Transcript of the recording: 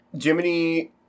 Jiminy